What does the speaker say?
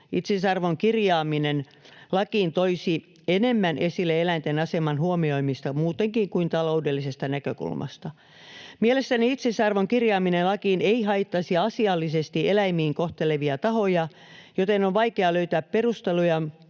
Itseisarvon kirjaaminen lakiin toisi enemmän esille eläinten aseman huomioimista muutenkin kuin taloudellisesta näkökulmasta. Mielestäni itseisarvon kirjaaminen lakiin ei haittaisi asiallisesti eläimiä kohtelevia tahoja, joten on vaikea löytää perusteluja